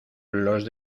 los